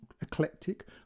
eclectic